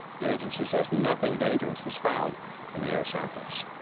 the agency says nothing dangerous was found in the air samples.